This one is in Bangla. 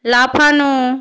লাফানো